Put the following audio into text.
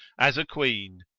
as a queen